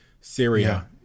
Syria